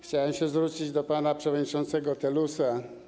Chciałbym się zwrócić do pana przewodniczącego Telusa.